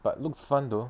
but looks fun though